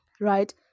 right